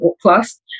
plus